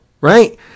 right